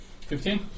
Fifteen